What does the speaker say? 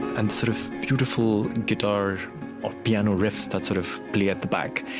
and sort of beautiful guitar ah piano riffs that sort of play at the back,